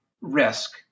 risk